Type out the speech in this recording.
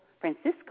Francisco